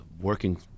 working